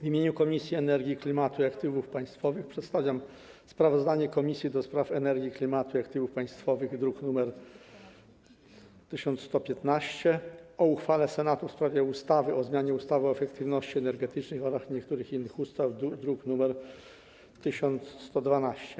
W imieniu Komisji do Spraw Energii, Klimatu i Aktywów Państwowych przedstawiam sprawozdanie Komisji do Spraw Energii, Klimatu i Aktywów Państwowych, druk nr 1115, o uchwale Senatu w sprawie ustawy o zmianie ustawy o efektywności energetycznej oraz niektórych innych ustaw, druk nr 1112.